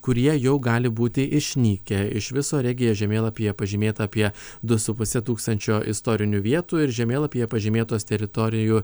kurie jau gali būti išnykę iš viso regija žemėlapyje pažymėta apie du su puse tūkstančio istorinių vietų ir žemėlapyje pažymėtos teritorijų